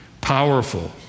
Powerful